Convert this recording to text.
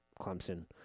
Clemson